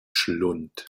schlund